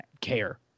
care